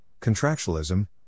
contractualism